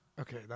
Okay